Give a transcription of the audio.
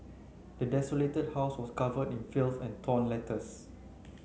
the desolated house was covered in filth and torn letters